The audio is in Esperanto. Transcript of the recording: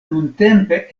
nuntempe